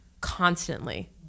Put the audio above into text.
constantly